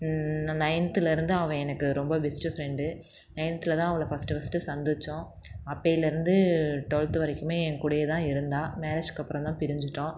நைன்த்தில் இருந்து அவள் எனக்கு ரொம்ப பெஸ்ட் ஃப்ரெண்ட் நைன்த்தில் தான் அவளை ஃபர்ஸ்ட் ஃபர்ஸ்ட் சந்தித்தோம் அப்பயிலேருந்து டுவெல்த் வரைக்கும் எங்கூடவே தான் இருந்தாள் மேரேஜுக்கு அப்புறம் தான் பிரிஞ்சிட்டோம்